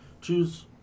choose